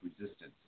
resistance